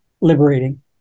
liberating